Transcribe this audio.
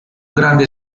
grande